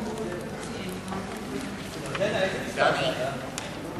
חוק שירות הביטחון (הוראת שעה) (הצבת יוצאי צבא בשירות בתי-הסוהר)